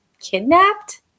kidnapped